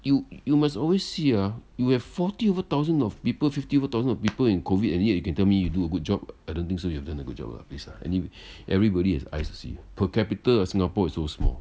you you must always see ah you have forty over thousands of people fifty over thousands of people in COVID eh and yet you can tell me you do a good job I don't think so you have done a good job ah please ah anyway everybody has eyes per capital uh singapore is so small